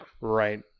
Right